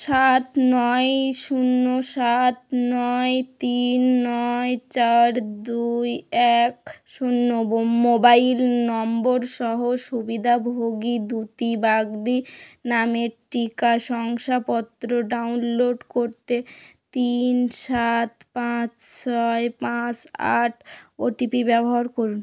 সাত নয় শূন্য সাত নয় তিন নয় চার দুই এক শূন্য বো মোবাইল নম্বর সহ সুবিধাভোগী দ্যুতি বাগদি নামের টিকা শংসাপত্র ডাউনলোড করতে তিন সাত পাঁচ ছয় পাঁচ আট ওটিপি ব্যবহার করুন